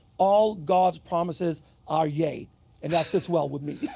all god's promises are yea and that sits well with me.